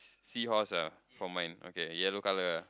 seahorse ah from mine okay yellow colour ah